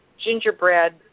gingerbread